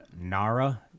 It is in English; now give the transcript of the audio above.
Nara